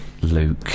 Luke